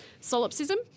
solipsism